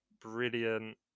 brilliant